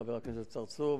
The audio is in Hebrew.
חבר הכנסת צרצור,